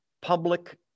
public